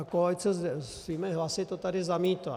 Koalice to svými hlasy tady zamítla.